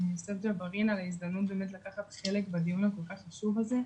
ג'בארין על ההזדמנות לקחת חלק בדיון הכל כך חשוב הזה.